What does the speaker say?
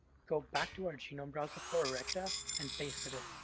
go back to our genome browser for erecta, and paste it in.